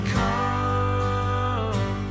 come